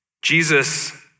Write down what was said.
Jesus